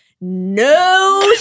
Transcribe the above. no